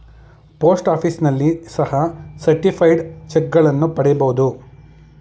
post ಆಫೀಸ್ನಲ್ಲಿ ಸಹ certified ಚಕ್ಗಳನ್ನ ಪಡಿಬೋದು